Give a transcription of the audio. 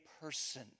person